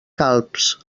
calbs